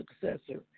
successor